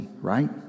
right